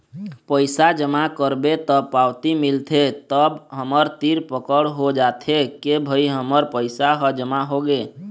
पइसा जमा करबे त पावती मिलथे तब हमर तीर पकड़ हो जाथे के भई हमर पइसा ह जमा होगे